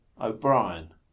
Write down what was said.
O'Brien